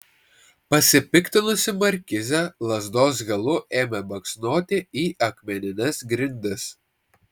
pasipiktinusi markizė lazdos galu ėmė baksnoti į akmenines grindis